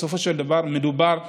בסופו של דבר מדובר באנשים.